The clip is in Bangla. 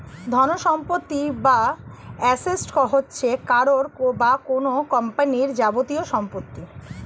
ধনসম্পত্তি বা অ্যাসেট হচ্ছে কারও বা কোন কোম্পানির যাবতীয় সম্পত্তি